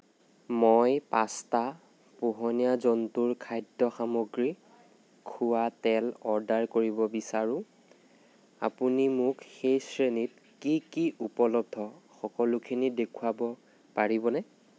মই পাস্তা পোহনীয়া জন্তুৰ খাদ্য সামগ্ৰী খোৱা তেল অৰ্ডাৰ কৰিব বিচাৰোঁ আপুনি মোক সেই শ্ৰেণীত কি কি উপলব্ধ সকলোখিনি দেখুৱাব পাৰিবনে